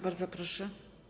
Bardzo proszę.